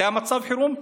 זה מצב החירום?